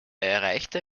erreichte